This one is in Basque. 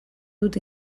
dut